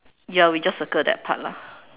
ya we just circle that part lah